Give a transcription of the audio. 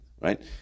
right